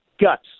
guts